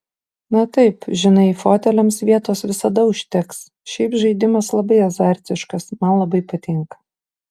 na taip žinai foteliams vietos visada užteks šiaip žaidimas labai azartiškas man labai patinka